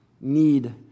need